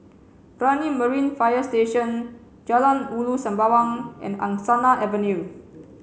Brani Marine Fire Station Jalan Ulu Sembawang and Angsana Avenue